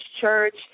church